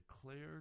declared